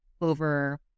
over